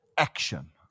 Action